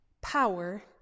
power